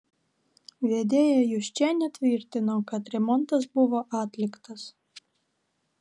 vedėja juščienė tvirtino kad remontas buvo atliktas